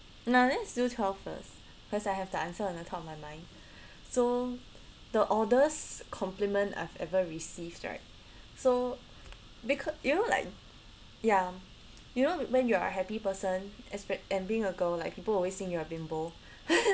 no let's do twelve first cause I have the answer on the top of my mind so the oddest complement I've ever received right so becau~ you know like yeah you know when you are a happy person aspect and being a girl like people always say you are bimbo